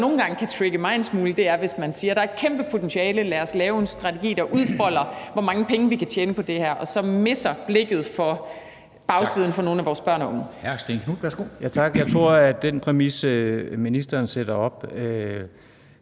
nogle gange kan trigge mig en smule, er, hvis man siger, at der er et kæmpe potentiale, lad os lave en strategi, der udfolder, hvor mange penge vi kan tjene på det her, og man så misser blikket for bagsiden for nogle af vores børn og unge. Kl. 13:47 Formanden (Henrik